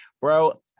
Bro